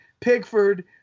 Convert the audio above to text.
Pigford